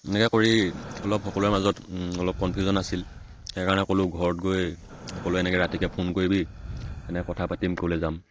এনেকৈ কৰি অলপ সকলোৰে মাজত অলপ কনফিউজন আছিল সেইকাৰণে সকলো ঘৰত গৈ সকলোৱে এনেকৈ ৰাতিকৈ ফোন কৰিবি এনে কথা পাতিম ক'লৈ যাম